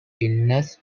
illness